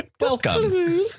Welcome